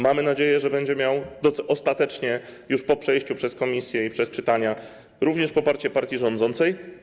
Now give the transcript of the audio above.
Mamy nadzieję, że będzie miał ostatecznie, już po przejściu przez komisję i przez czytania, również poparcie partii rządzącej.